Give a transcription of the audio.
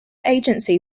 agency